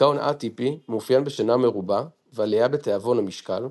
דכאון א-טיפי מאופיין בשינה מרובה & עלייה בתאבון\משקל,